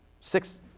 six